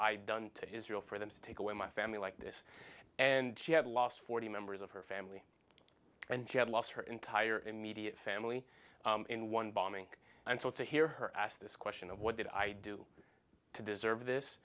i done to israel for them to take away my family like this and she had lost forty members of her family and she had lost her entire immediate family in one bombing and so to hear her ask this question of what did i do to deserve this